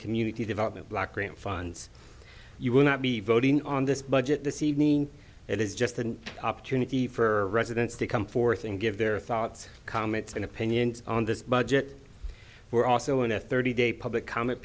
community development block grant funds you will not be voting on this budget this evening it is just an opportunity for residents to come forth and give their thoughts comments and opinions on this budget we're also in a thirty day public com